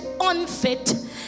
unfit